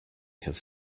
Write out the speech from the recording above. have